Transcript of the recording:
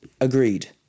agreed